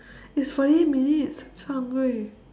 it's forty eight minutes so hungry